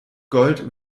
gold